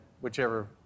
whichever